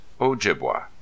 Ojibwa